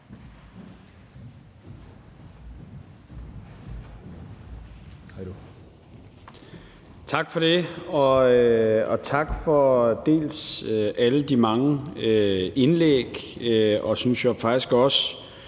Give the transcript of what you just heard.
Tak for det, og tak for dels alle de mange indlæg, dels den, synes jeg, faktisk også